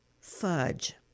Fudge